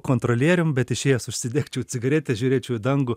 kontrolierium bet išėjęs užsidegčiau cigaretę žiūrėčiau į dangų